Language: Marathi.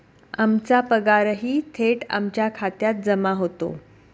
आमचा पगारही थेट आमच्या खात्यात जमा होतो